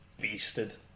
beasted